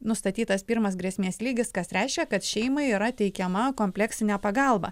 nustatytas pirmas grėsmės lygis kas reiškia kad šeimai yra teikiama kompleksinė pagalba